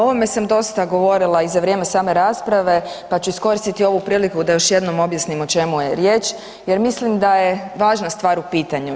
O ovome sam dosta govorila i za vrijeme same rasprave pa ću iskoristiti ovu priliku da još jednom objasnim o čemu je riječ jer mislim da je važna stvar u pitanju.